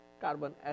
carbon